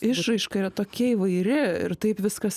išraiška yra tokia įvairi ir taip viskas